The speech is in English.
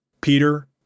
Peter